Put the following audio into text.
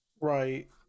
right